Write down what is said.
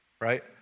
right